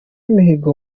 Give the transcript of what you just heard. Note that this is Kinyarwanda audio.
mihigo